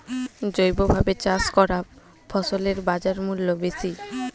জৈবভাবে চাষ করা ফসলের বাজারমূল্য বেশি